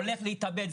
הולך להתאבד,